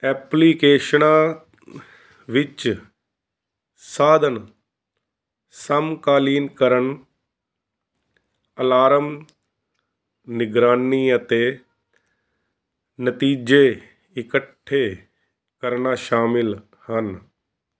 ਐਪਲੀਕੇਸ਼ਨਾਂ ਵਿੱਚ ਸਾਧਨ ਸਮਕਾਲੀਨ ਕਰਨ ਅਲਾਰਮ ਨਿਗਰਾਨੀ ਅਤੇ ਨਤੀਜੇ ਇਕੱਠੇ ਕਰਨਾ ਸ਼ਾਮਿਲ ਹਨ